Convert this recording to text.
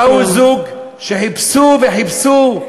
בא זוג שחיפשו וחיפשו,